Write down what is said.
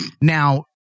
Now